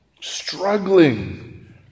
struggling